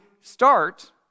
start